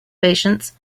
patients